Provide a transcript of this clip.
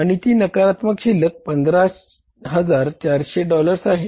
आणि ती नकारात्मक शिल्लक 15400 डॉलर्स आहे